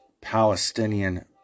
Palestinian